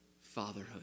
fatherhood